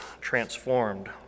transformed